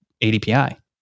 ADPI